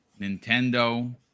Nintendo